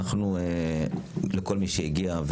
לכל מי שהגיע.